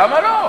למה לא?